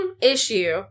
issue